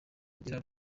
agira